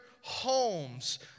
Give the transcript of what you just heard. homes